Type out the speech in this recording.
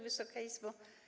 Wysoka Izbo!